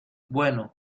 bueno